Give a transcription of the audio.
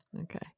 Okay